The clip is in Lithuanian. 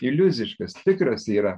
iliuziškas tikras yra